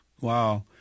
Wow